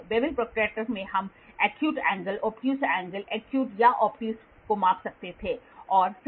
Wavell protractor में हम acute angle obtuse angle acute obtuse को माप सकते हैं